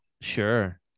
sure